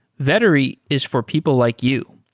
vettery is for people like you.